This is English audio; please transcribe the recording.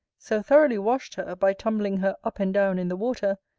so thoroughly washed her, by tumbling her up and down in the water,